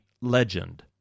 legend